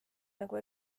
nagu